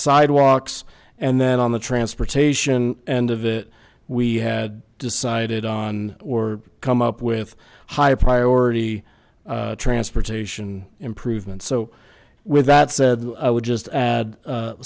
sidewalks and then on the transportation and of it we had decided on or come up with high priority transportation improvements so with that said i would just add